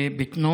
עקום.